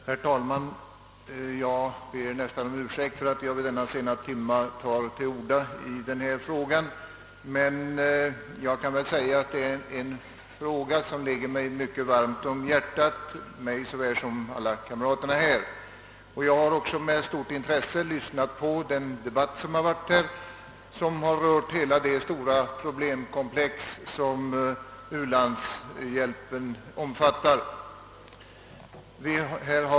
Herr talman! Jag vill be om ursäkt för att jag vid denna sena timme tar till orda, men jag vill framhålla att vi be handlar en fråga som ligger mig mycket varmt om hjärtat, mig såväl som alla mina kamrater här. Jag har också med mycket stort intresse lyssnat till debatten, som rört hela det problemkomplex u-landshjälpen omfattar.